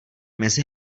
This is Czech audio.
mezi